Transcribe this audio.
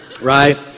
Right